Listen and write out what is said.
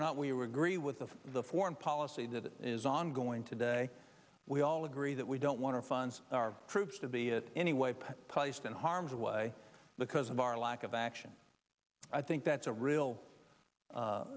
or not we were agreed with the foreign policy that is ongoing today we all agree that we don't want to fund our troops to be it anyway priced in harm's way because of our lack of action i think that's a real